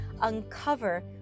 uncover